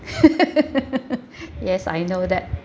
yes I know that